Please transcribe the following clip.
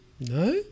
No